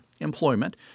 employment